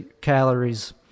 calories